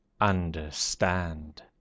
understand